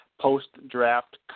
post-draft